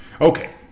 Okay